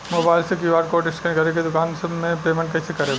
Mobile से Q R code scan कर के दुकान मे पेमेंट कईसे करेम?